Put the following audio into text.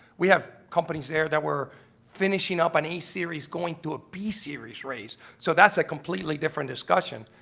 we have companies there that were finishing up an a series going to a b series race, so that's a completely different discussion.